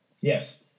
Yes